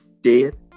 dead